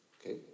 okay